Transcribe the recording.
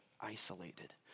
isolated